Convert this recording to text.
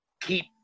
keep